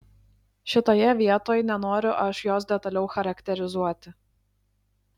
šitoje vietoj nenoriu aš jos detaliau charakterizuoti